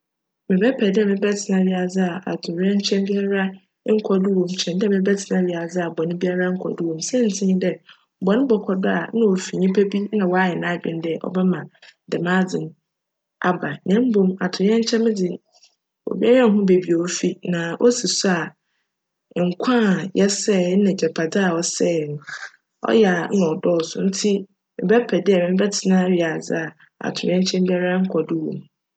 Mebjpj dj mebjtsena wiadze a atowerjnkyjm biara nnkc do wc mu kyjn dj mebjtsena wiadze a bcn biara nnkc do wc mu. Siantsir nye dj, bcn bckc do a, nna ofi nyimpa bi a wcayj n'adwen dj cbjma djm adze no aba na mbom atowerjnkyem dze, obiara nnhu beebi ofi na osi so a, nkwa a yjsjj na egyapadze a csjj no, cyjj nna cdccso ntsi mebjpj dj mebjtsena wiadze a atowerjnkyjm biara nnkc do wc mu.